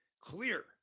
Clear